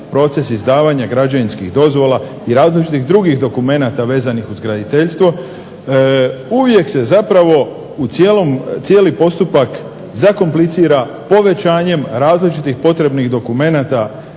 proces izdavanja građevinskih dozvola i različitih drugih dokumenata vezanih uz graditeljstvo, uvijek se zapravo cijeli postupak zakomplicira povećanjem različitih potrebnih dokumenata,